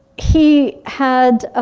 he had